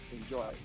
Enjoy